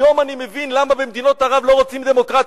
היום אני מבין למה במדינות ערב לא רוצים דמוקרטיה.